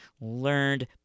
learned